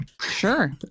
sure